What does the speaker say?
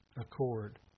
accord